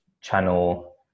channel